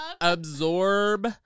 absorb